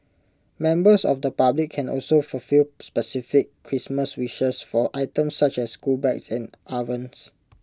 members of the public can also fulfil specific Christmas wishes for items such as school bags and ovens